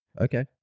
Okay